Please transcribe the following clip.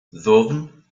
ddwfn